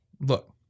Look